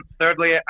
thirdly